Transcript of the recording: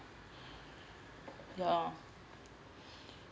yeah